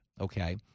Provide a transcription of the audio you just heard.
okay